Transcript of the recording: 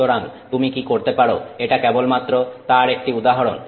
সুতরাং তুমি কি করতে পারো এটা কেবলমাত্র তার একটি উদাহরণ